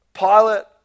Pilot